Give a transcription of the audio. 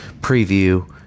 preview